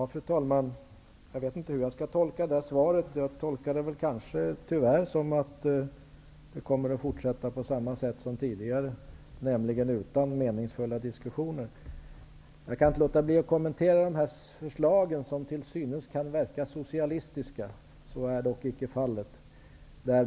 Fru talman! Jag vet inte hur jag skall tolka svaret. Jag tolkar det kanske tyvärr som att det kommer att fortsätta på samma sätt som tidigare, nämligen utan meningsfulla diskussioner. Jag kan inte låta bli att kommentera förslagen som till synes kan verka socialistiska. Så är dock icke fallet.